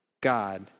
God